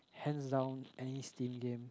hands down any steam game